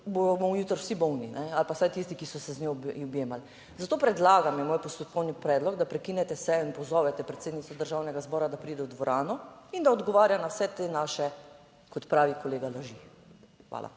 bomo jutri vsi bolni ali pa vsaj tisti, ki so se z njo objemali. Zato predlagam, je moj postopkovni predlog, da prekinete sejo in pozovete predsednico Državnega zbora, da pride v dvorano in da odgovarja na vse te naše, kot pravi kolega, laži. Hvala.